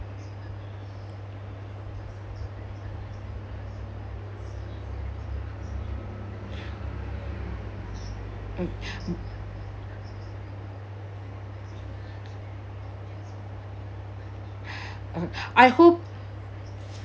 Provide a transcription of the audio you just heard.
uh I hope